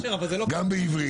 גם בעברית.